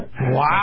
Wow